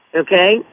okay